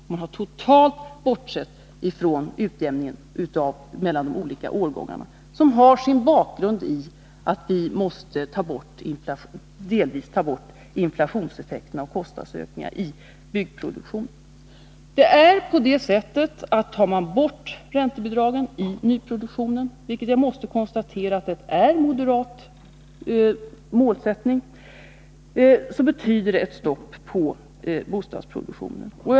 Man har totalt bortsett från utjämningen mellan de olika årgångarna som har sin bakgrund i att vi delvis måste ta bort inflationseffekter och kostnadsökningar i byggproduktionen. Tar man bort räntebidragen i nyproduktionen — vilket jag måste konstatera är en moderat målsättning — betyder det ett stopp för bostadsproduktionen.